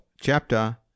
chapter